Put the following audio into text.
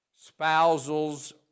spousal's